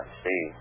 see